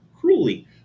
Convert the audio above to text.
cruelly